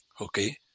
Okay